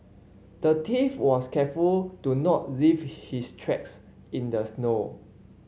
the thief was careful to not leave his tracks in the snow